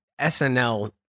SNL